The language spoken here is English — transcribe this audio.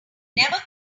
never